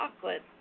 chocolate